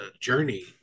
journey